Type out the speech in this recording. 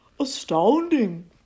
astounding